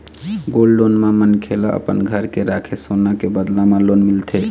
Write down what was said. gold loan म मनखे ल अपन घर के राखे सोना के बदला म लोन मिलथे